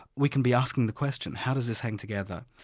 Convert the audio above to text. we can be asking the question, how does this hang together?